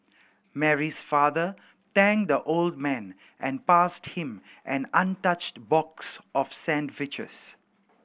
Mary's father thanked the old man and passed him an untouched box of sandwiches